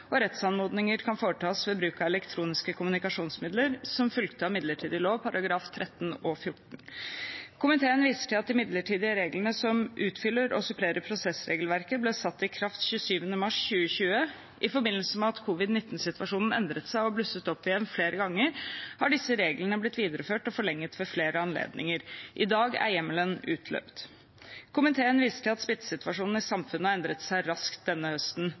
og rettsanmodninger kan foretas ved bruk av elektroniske kommunikasjonsmidler, som fulgte av midlertidig lov §§ 13 og 14. Komiteen viser til at de midlertidige reglene som utfyller og supplerer prosessregelverket, ble satt i kraft 27. mars 2020. I forbindelse med at covid-19-situasjonen endret seg og blusset opp igjen flere ganger, har disse reglene blitt videreført og forlenget ved flere anledninger. I dag er hjemmelen utløpt. Komiteen viser til at smittesituasjonen i samfunnet har endret seg raskt denne høsten.